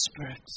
Spirit